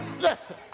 Listen